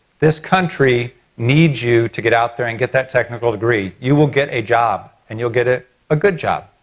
this country needs you to get out there and get that technical degree. you will get a job and you'll get ah a good job.